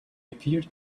appeared